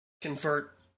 convert